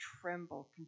tremble